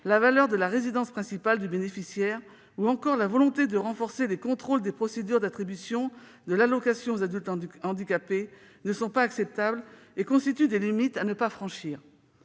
la valeur de la résidence principale du bénéficiaire, ou encore la volonté de renforcer les contrôles des procédures d'attribution de l'allocation aux adultes handicapés, ne sont pas acceptables et constituent des limites à ne pas franchir.